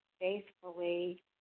faithfully